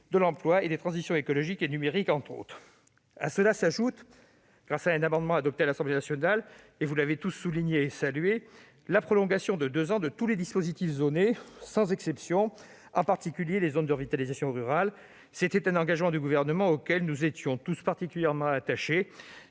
de l'emploi et des transitions écologique et numérique. S'y ajoute une mesure introduite par voie d'amendement à l'Assemblée nationale, que vous avez tous saluée : la prolongation de deux ans de tous les dispositifs zonés, sans exception, en particulier les zones de revitalisation rurale. C'était un engagement du Gouvernement et nous y étions tous particulièrement attachés.